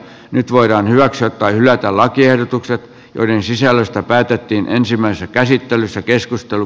nyt voidaan hyväksyä tai hylätä lakiehdotukset joiden sisällöstä päätettiin ensimmäisessä käsittelyssä keskustelu